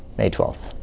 may twelfth.